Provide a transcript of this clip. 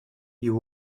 you